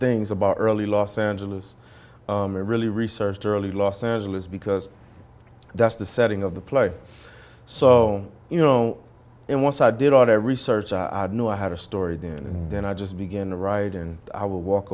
things about early los angeles i really researched early los angeles because that's the setting of the play so you know and once i did our research i knew i had a story there and then i just began to write and i would walk